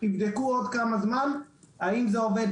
יבדקו עוד כמה זמן אם זה עוד,